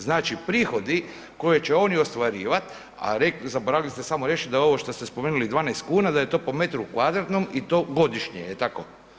Znači, prihodi koje će oni ostvarivat, a zaboravili ste samo reć da ovo što ste spomenuli 12,00 kn da je to po m2 i to godišnje jel tako?